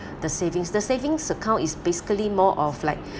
the savings the savings account is basically more of like